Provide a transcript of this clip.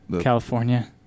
California